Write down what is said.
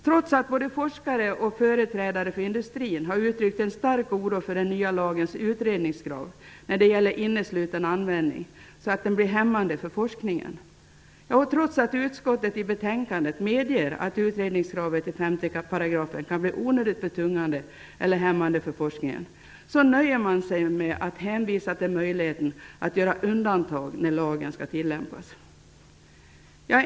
Trots att både forskare och företrädare för industrin har uttryckt en stark oro för att den nya lagens utredningskrav när det gäller innesluten användning kommer att verka hämmande på forskningen och trots att utskottet i betänkandet medger att utredningskravet i 5 § kan bli onödigt betungande eller hämmande för forskningen, nöjer man sig med att hänvisa till möjligheten att göra undantag när lagen skall tillämpas.